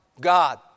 God